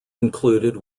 included